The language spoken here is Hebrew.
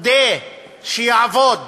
כדי שיעבוד